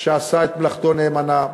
שעשה את מלאכתו נאמנה.